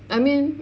I mean